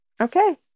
Okay